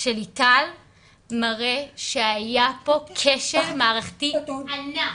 של ליטל מראה שהיה פה כשל מערכתי ענק.